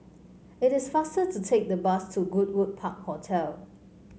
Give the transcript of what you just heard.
it is faster to take the bus to Goodwood Park Hotel